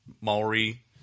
Maori